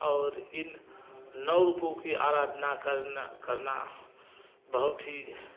और इन नौ रूपों की अराधना करना बहुत ही